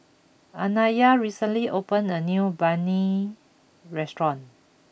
Anaya recently opened a new Banh Mi restaurant